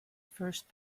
first